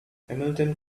hamilton